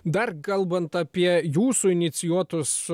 dar kalbant apie jūsų inicijuotus